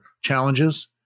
challenges